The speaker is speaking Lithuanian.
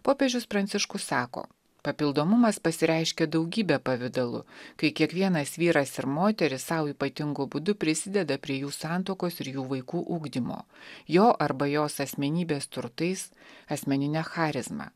popiežius pranciškus sako papildomumas pasireiškia daugybe pavidalų kai kiekvienas vyras ir moteris sau ypatingu būdu prisideda prie jų santuokos ir jų vaikų ugdymo jo arba jos asmenybės turtais asmenine charizma